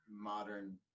modern